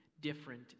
different